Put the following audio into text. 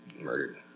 murdered